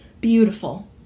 Beautiful